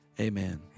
Amen